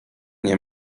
nie